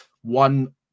one